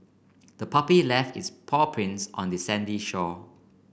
the puppy left its paw prints on the sandy shore